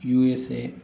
USA